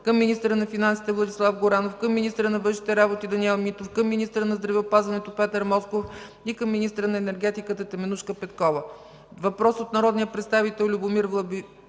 към министъра на финансите Владислав Горанов, към министъра на външните работи Даниел Митов, към министъра на здравеопазването Петър Москов, и към министъра на енергетиката Теменужка Петкова; – въпрос от народния представител Любомир Владимиров